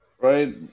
right